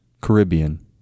Caribbean